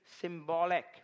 symbolic